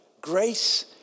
grace